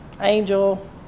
angel